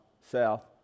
south